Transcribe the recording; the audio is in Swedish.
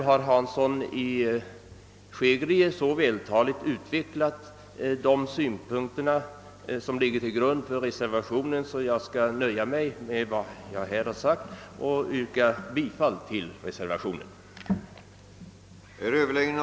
Herr Hansson i Skegrie har så vältaligt utvecklat de synpunkter som ligger till grund för reservationen att jag skall nöja mig med vad jag nu anfört och yrka bifall till reservationen 2.